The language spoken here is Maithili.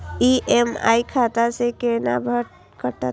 ई.एम.आई खाता से केना कटते?